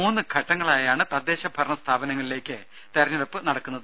മൂന്ന് ഘട്ടങ്ങളായാണ് തദ്ദേശ ഭരണ സ്ഥാപനങ്ങളിലേക്ക് തിരഞ്ഞെടുപ്പ് നടക്കുന്നത്